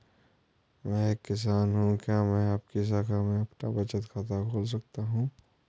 मैं एक किसान हूँ क्या मैं आपकी शाखा में अपना बचत खाता खोल सकती हूँ?